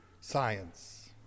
science